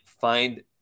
find